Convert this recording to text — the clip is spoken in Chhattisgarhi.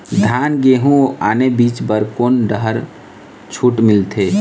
धान गेहूं अऊ आने बीज बर कोन डहर छूट मिलथे?